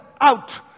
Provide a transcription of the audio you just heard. out